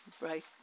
right